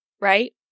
right